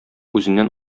үзеннән